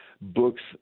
books